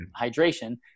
hydration